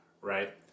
right